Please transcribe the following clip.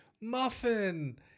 muffin